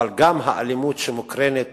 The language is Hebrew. אבל גם האלימות שמוקרנת